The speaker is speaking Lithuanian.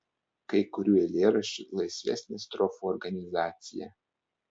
kai kurių eilėraščių laisvesnė strofų organizacija